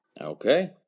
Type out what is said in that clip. Okay